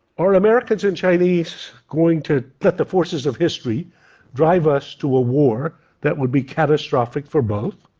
are americans and chinese going to let the forces of history drive us to a war that would be catastrophic for both?